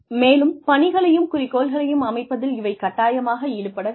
மேலும் பணிகளையும் குறிக்கோள்களையும் அமைப்பதில் இவை கட்டாயமாக ஈடுபட வேண்டும்